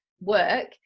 work